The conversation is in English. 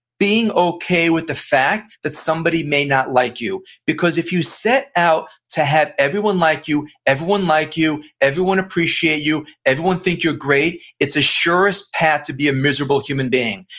being okay with the fact that somebody may not like you because if you set out to have everyone like you, everyone like you, everyone appreciate you, everyone think you're great it's the surest path to be a miserable human being,